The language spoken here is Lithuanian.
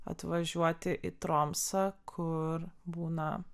atvažiuoti į tromsą kur būna